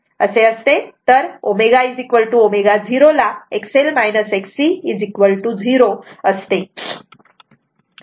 तर ωω0 ला XL XC 0 असते